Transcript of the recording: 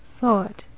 thought